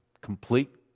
complete